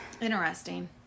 interesting